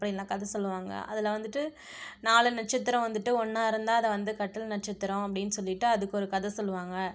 அப்படிலாம் கதை சொல்லுவாங்கள் அதில் வந்துட்டு நாலு நட்சத்திரம் வந்துட்டு ஒன்றா இருந்தால் அதை வந்து கட்டில் நட்சத்திரம் அப்படினு சொல்லிட்டு அதுக்கு ஒரு கதை சொல்லுவாங்கள்